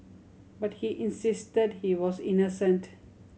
but he insisted he was innocent